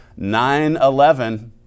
9-11